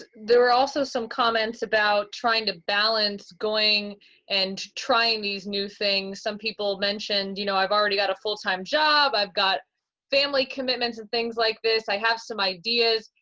there are also some comments about trying to balance going and trying these new things. some people mentioned, you know, i've already got a full-time job. i've got family commitments and things like this. i have some ideas.